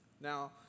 Now